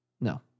No